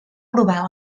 provar